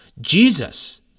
Jesus